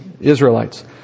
Israelites